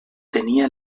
tenia